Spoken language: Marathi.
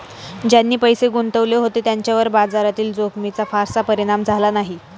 ज्यांनी पैसे गुंतवले होते त्यांच्यावर बाजारातील जोखमीचा फारसा परिणाम झाला नाही